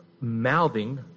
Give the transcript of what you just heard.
mouthing